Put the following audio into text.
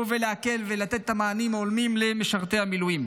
ולהקל ולתת את המענים ההולמים למשרתי המילואים.